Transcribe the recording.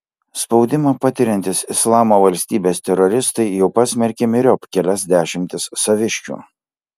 spaudimą patiriantys islamo valstybės teroristai jau pasmerkė myriop kelias dešimtis saviškių